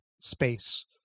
space